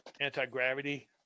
Anti-gravity